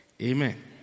Amen